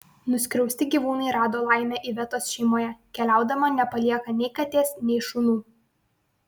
nuskriausti gyvūnai rado laimę ivetos šeimoje keliaudama nepalieka nei katės nei šunų